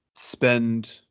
spend